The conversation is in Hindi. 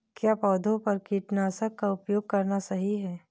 क्या पौधों पर कीटनाशक का उपयोग करना सही है?